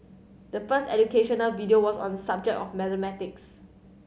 the first educational video was on subject of mathematics